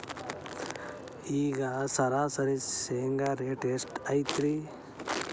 ಈಗ ಸರಾಸರಿ ಶೇಂಗಾ ರೇಟ್ ಎಷ್ಟು ಐತ್ರಿ?